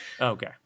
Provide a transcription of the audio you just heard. Okay